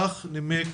כך נימק